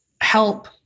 help